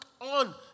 on